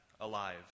alive